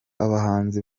abahanzi